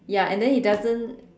ya and then he doesn't